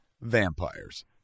vampires